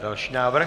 Další návrh?